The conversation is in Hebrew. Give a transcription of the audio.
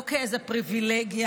לא כאיזה פריבילגיה,